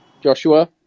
Joshua